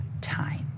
time